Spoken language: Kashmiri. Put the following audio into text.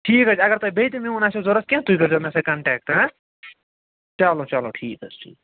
ٹھیٖک حظ چھُ اگر تۄہہِ بیٚیہِ تہِ میٛون آسٮ۪و ضروٗرت کیٚنٛہہ تُہۍ کٔرۍزیٚو مےٚ سۭتۍ کنٛٹٮ۪کٹہٕ چَلو چَلو ٹھیٖک حظ ٹھیٖک